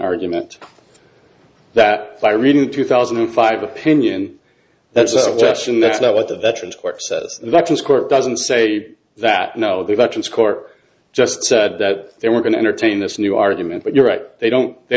argument that by reading two thousand and five opinion that's a suggestion that's not what the veterans court says that his court doesn't say that no the veterans cork just said that they were going to entertain this new argument but you're right they don't they